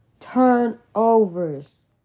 Turnovers